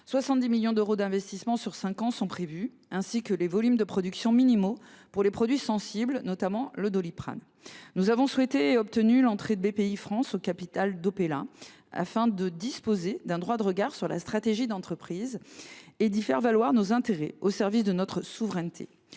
70 millions d’euros d’investissement sur cinq ans, ainsi que des volumes de production minimaux pour les produits sensibles, notamment le Doliprane, sont également prévus. Nous avons souhaité et obtenu l’entrée de Bpifrance au capital d’Opella afin de disposer d’un droit de regard sur la stratégie de l’entreprise et d’y faire valoir nos intérêts, au service de notre souveraineté.